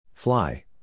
Fly